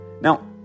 Now